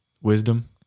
wisdom